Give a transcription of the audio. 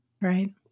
Right